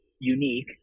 unique